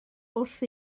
wrth